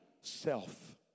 self